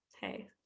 hey